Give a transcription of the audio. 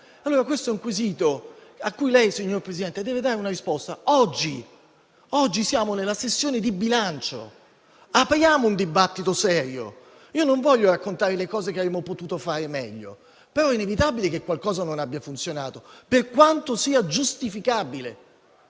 popolo? È un quesito a cui lei, signor Presidente, deve dare una risposta oggi. Oggi siamo nella sessione di bilancio: apriamo un dibattito serio. Non voglio raccontare le cose che avremmo potuto fare meglio, però è inevitabile che qualcosa non abbia funzionato, per quanto sia giustificabile.